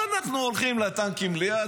אז אנחנו הולכים טנקים ליד,